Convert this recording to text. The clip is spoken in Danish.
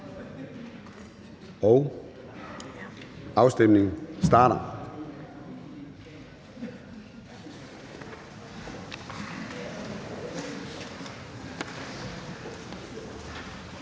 og afstemningen starter.